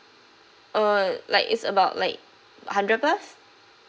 uh like it's about like hundred plus